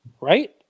right